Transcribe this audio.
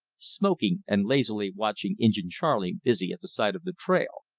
smoking and lazily watching injin charley busy at the side of the trail.